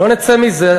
לא נצא מזה.